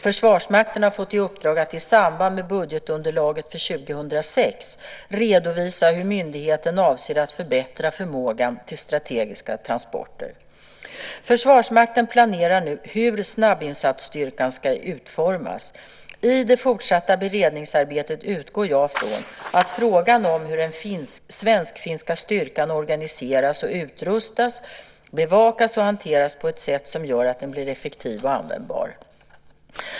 Försvarsmakten har fått i uppdrag att i samband med budgetunderlaget för 2006 redovisa hur myndigheten avser att förbättra förmågan till strategiska transporter. Försvarsmakten planerar nu hur snabbinsatsstyrkan ska utformas. I det fortsatta beredningsarbetet utgår jag från att frågan om hur den svensk-finska styrkan organiseras och utrustas bevakas och hanteras på ett sätt som gör den effektiv och användbar.